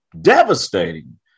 devastating